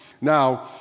Now